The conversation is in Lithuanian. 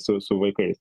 su su vaikais